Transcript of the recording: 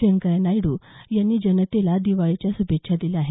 व्यंकय्या नायडू यांनी जनतेला दिवाळीच्या श्भेच्छा दिल्या आहेत